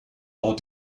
are